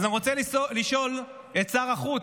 אז אני רוצה לשאול את שר החוץ: